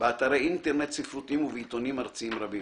באתרי אינטרנט ספרותיים ובעיתונים ארציים רבים.